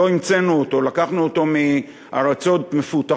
לא המצאנו אותו, לקחנו אותו מארצות מפותחות,